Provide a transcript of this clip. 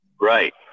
right